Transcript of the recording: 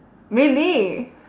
really